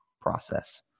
process